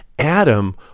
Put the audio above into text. Adam